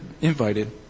invited